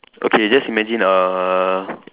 okay just imagine uh